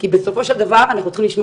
כי בסופו של דבר אנחנו צריכים לשמור